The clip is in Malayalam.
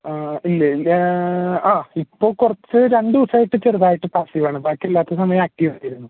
ഇല്ല ഇപ്പോൾ കുറച്ചു രണ്ടു ദിവസമായിട്ട് ചെറുതായിട്ട് പാസ് ചെയ്യുവാണ് ബാക്കി അല്ലാത്ത സമയത്തു ആക്റ്റീവ് ആയിട്ട് ഇരുന്നു